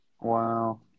Wow